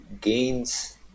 gains